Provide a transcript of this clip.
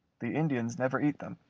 the indians never eat them.